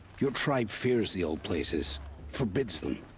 your tribe fears the old places. forbids them.